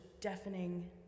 deafening